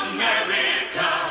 America